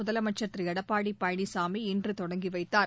முதலமைச்சர் திரு எடப்பாடி பழனிசாமி இன்று தொடங்கி வைத்தார்